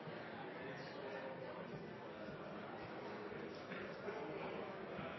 Oppland er jeg